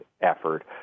effort